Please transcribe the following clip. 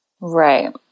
Right